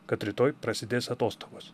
kad rytoj prasidės atostogos